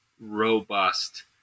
robust